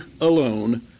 alone